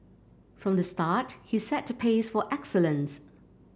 from the start he set the pace for excellence